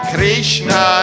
Krishna